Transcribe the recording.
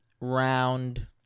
round